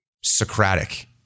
Socratic